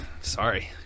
Sorry